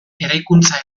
eraikuntza